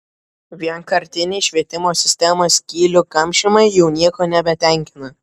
vienkartiniai švietimo sistemos skylių kamšymai jau nieko nebetenkina